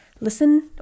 listen